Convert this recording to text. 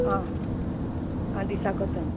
आ आनी दिसा कोंतान